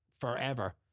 forever